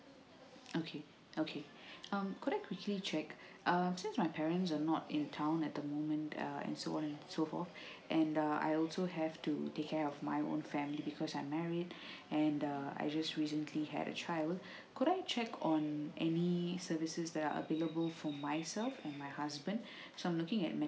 okay okay um could I quickly check um just my parents were not in town at the moment uh and so on so forth and uh I also have to take care of my own family because I married and uh I just recently had a child could I check on any services that are available for myself and my husband so I'm looking at maternity